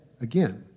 again